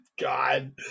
god